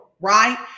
right